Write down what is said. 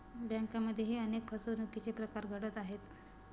बँकांमध्येही अनेक फसवणुकीचे प्रकार घडत आहेत